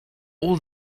all